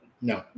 no